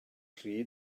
rhy